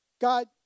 God